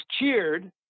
cheered